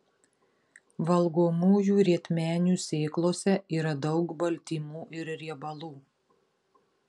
valgomųjų rietmenių sėklose yra daug baltymų ir riebalų